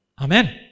Amen